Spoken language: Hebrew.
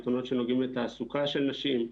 יתרונות שנוגעים לתעסוקה של נשים,